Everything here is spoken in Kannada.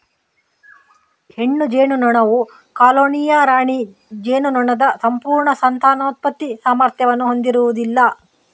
ಹೆಣ್ಣು ಜೇನುನೊಣವು ಕಾಲೋನಿಯ ರಾಣಿ ಜೇನುನೊಣದ ಸಂಪೂರ್ಣ ಸಂತಾನೋತ್ಪತ್ತಿ ಸಾಮರ್ಥ್ಯವನ್ನು ಹೊಂದಿರುವುದಿಲ್ಲ